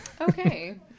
Okay